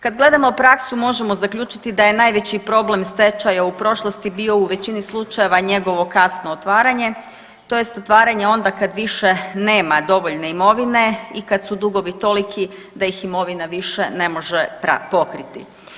Kad gledamo praksu možemo zaključiti da je najveći problem stečaja u prošlosti bio u većini slučajeva njegovo kasno otvaranje, tj. otvaranje onda kad više nema dovoljne imovine i kad su dugovi toliki da ih imovina više ne može pokriti.